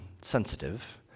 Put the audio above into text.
sensitive